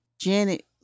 Janet